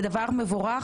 זה דבר מבורך,